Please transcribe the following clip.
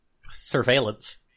Surveillance